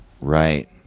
Right